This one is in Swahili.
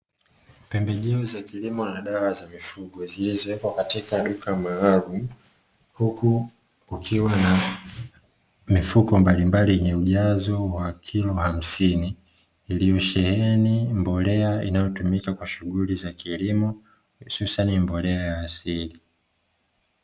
Pembejeo za kilimo na dawa za mifugo zimewekwa katika duka maalumu, huku kukiwa na mifuko mbalimbali yenye ujazo wa kilo hamsini iliyosheheni mbolea inayotumika kwa shughuli za kilimo, hususani mbolea ya asili.